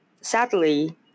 sadly